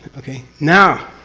okay? now.